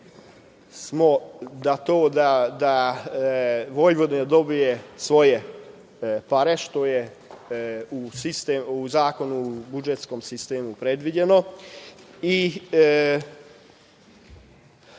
za to da Vojvodina dobije svoje pare, što je u Zakonu o budžetskom sistemu predviđeno.